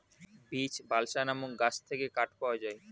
beech, balsa নামক গাছ থেকে কাঠ পাওয়া যায়